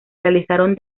realizaron